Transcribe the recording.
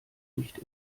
nicht